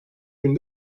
günü